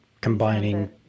combining